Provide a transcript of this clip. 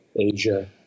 Asia